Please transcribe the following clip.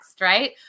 right